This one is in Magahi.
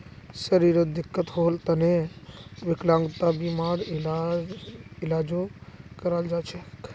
शरीरत दिक्कत होल तने विकलांगता बीमार इलाजो कराल जा छेक